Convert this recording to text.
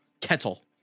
Kettle